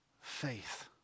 faith